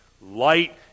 Light